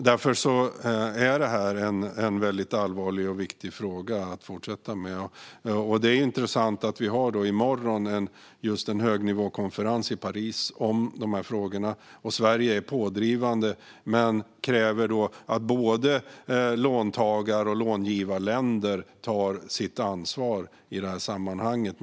Därför är detta en allvarlig och viktig fråga att fortsätta att arbeta med. Det är intressant att vi i morgon har en högnivåkonferens i Paris om dessa frågor. Sverige är pådrivande men kräver att både låntagar och långivarländer tar sitt ansvar i sammanhanget.